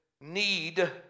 need